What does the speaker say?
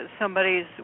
somebody's